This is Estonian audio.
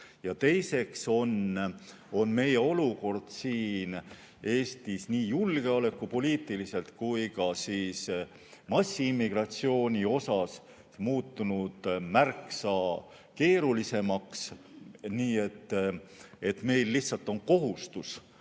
Ja teiseks on meie olukord siin Eestis nii julgeolekupoliitiliselt kui ka massiimmigratsiooni tõttu muutunud märksa keerulisemaks. Nii et meil lihtsalt on kohustus